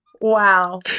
wow